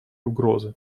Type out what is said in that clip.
угрозы